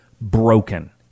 broken